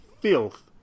filth